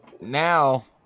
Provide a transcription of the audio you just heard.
now